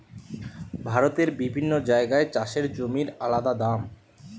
ভারতের বিভিন্ন জাগায় চাষের জমির আলদা দাম